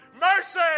mercy